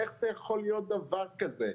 איך יכול להיות דבר כזה?